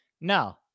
no